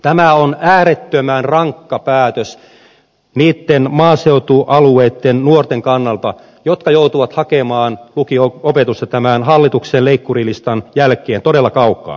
tämä on äärettömän rankka päätös niitten maaseutualueitten nuorten kannalta jotka joutuvat hakemaan lukio opetusta tämän hallituksen leikkurilistan jälkeen todella kaukaa